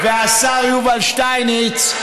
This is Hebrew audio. השר יובל שטייניץ,